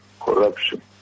corruption